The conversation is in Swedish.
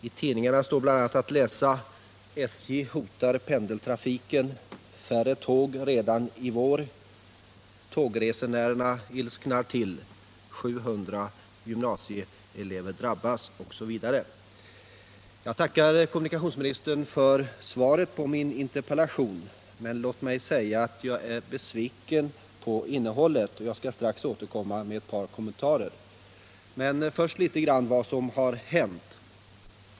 I tidningarna står att läsa: ”SJ hotar pendeltrafiken”, ”Färre tåg redan i vår”, ”Tågresenärerna ilsknar till”, ”700 gymnasieelever drabbas”, osv. Jag tackar kommunikationsministern för svaret på min interpellation. Jag vill säga att jag är besviken på innehållet, och jag skall strax återkomma med ett par kommentarer. Men först litet grand om vad som har hänt.